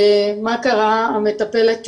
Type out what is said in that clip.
שהמטפלת,